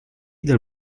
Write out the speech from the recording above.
del